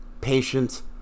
patience